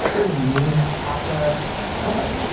they're the main kafka company,